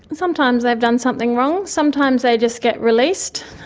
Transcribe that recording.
sometimes they've done something wrong, sometimes they just get released,